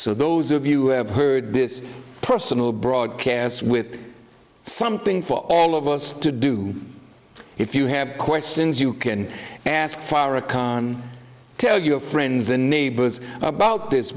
so those of you have heard this personal broadcast with something for all of us to do if you have questions you can ask farrakhan tell your friends and neighbors about this